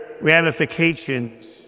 ramifications